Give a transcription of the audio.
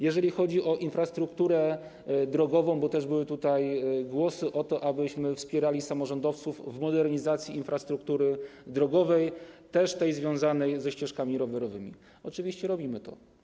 Jeżeli chodzi o infrastrukturę drogową - bo były tutaj też głosy o tym, abyśmy wspierali samorządowców w modernizacji infrastruktury drogowej, również tej związanej ze ścieżkami rowerowymi - oczywiście robimy to.